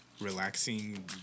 relaxing